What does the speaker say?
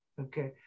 okay